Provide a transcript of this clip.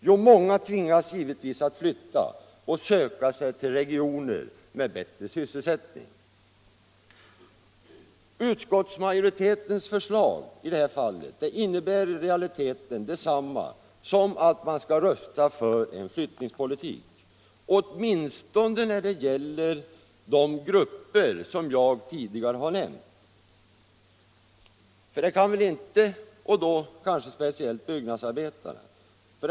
Jo, många tvingas givetvis att flytta och söka sig till regioner med bättre sysselsättning. Utskottsmajoritetens förslag i det här fallet innebär i realiteten detsamma som att man stöder en flyttningspolitik, åtminstone när det gäller de grupper som jag tidigare har nämnt och kanske framför allt bygg nadsarbetarna.